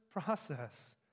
process